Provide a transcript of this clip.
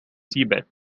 seabed